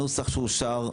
הנוסח שאושר,